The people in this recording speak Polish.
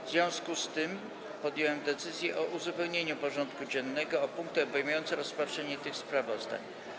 W związku z tym podjąłem decyzję o uzupełnieniu porządku dziennego o punkty obejmujące rozpatrzenie tych sprawozdań.